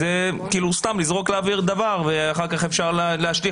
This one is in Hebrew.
זה כאילו סתם לזרוק לאוויר דבר ואחר כך אפשר להשליך